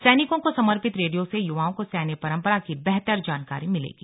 सैनिकों को समर्पित रेडियो से युवाओं को सैन्य परंपरा की बेहतर जानकारी मिलेगी